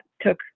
took